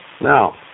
Now